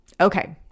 Okay